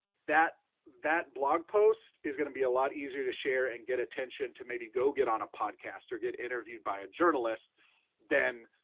that that blog post is gonna be a lot easier to share and get attention to maybe go get on a podcast or get interviewed by a journalist than,